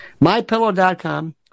MyPillow.com